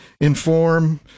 inform